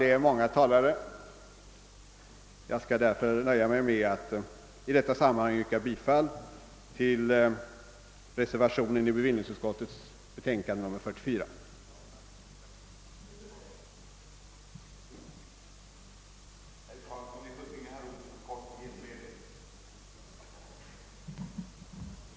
Det är många talare anmälda, och därför skall jag nöja mig med det anförda och yrkar bifall till den vid bevillningsutskottets betänkande nr 44 fogade reservationen.